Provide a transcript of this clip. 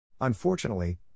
Unfortunately